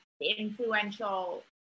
Influential